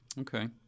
Okay